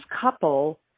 couple